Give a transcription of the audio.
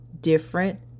different